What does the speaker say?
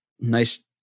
Nice